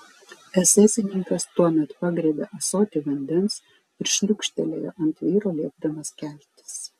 esesininkas tuomet pagriebė ąsotį vandens ir šliūkštelėjo ant vyro liepdamas keltis